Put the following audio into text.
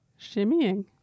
Shimmying